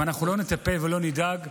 אם אנחנו לא נטפל ולא נדאג,